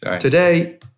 Today